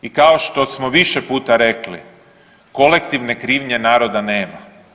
I kao što smo više puta rekli, kolektivne krivnje naroda nema.